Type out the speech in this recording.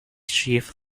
chief